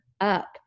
up